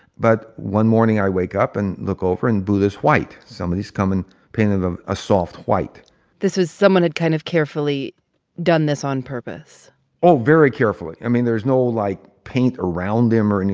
but one morning, i wake up and look over, and buddha's white. somebody's come and painted him a soft white this was, someone had kind of carefully done this on purpose oh, very carefully. i mean there's no like paint around him or and